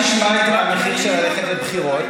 המחיר של ללכת לבחירות?